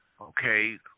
okay